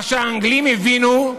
מה שהאנגלים הבינו,